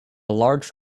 large